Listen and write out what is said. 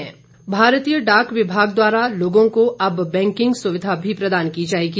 India Post भारतीय डाक विभाग द्वारा लोगों को अब बैंकिंग सुविधा भी प्रदान की जाएगी